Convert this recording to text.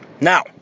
Now